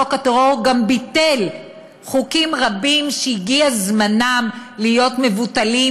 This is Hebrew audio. חוק הטרור גם ביטל חוקים רבים שהגיע זמנם להיות מבוטלים,